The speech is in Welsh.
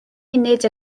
munud